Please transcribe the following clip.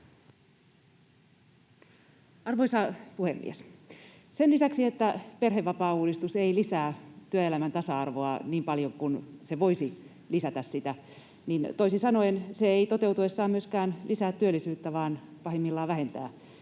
Arvoisa puhemies! Sen lisäksi, että perhevapaauudistus ei lisää työelämän tasa-arvoa niin paljon kuin se voisi lisätä sitä, toisin sanoen se ei toteutuessaan myöskään lisää työllisyyttä, vaan pahimmillaan vähentää